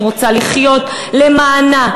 אני רוצה לחיות למענה.